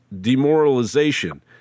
demoralization